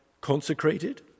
consecrated